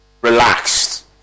relaxed